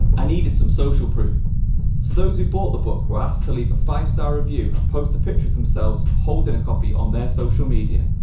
i needed some social proof. so those who bought the book were asked to leave a five so review and post a picture of themselves holding a copy on their social media.